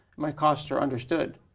my costs are understood.